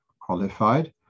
qualified